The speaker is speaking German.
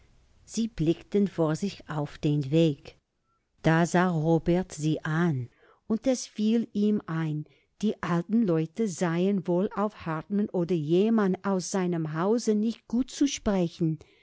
sie blickten vor sich auf den weg da sah robert sie an und es fiel ihm ein die alten leute seien wohl auf hartmann oder jemand aus seinem hause nicht gut zu sprechen